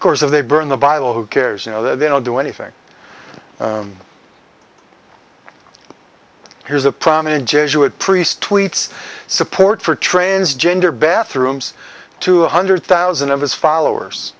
qur'an course of they burned the bible who cares you know they don't do anything here's a prominent jesuit priest tweets support for transgender bathrooms two hundred thousand of his followers